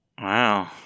Wow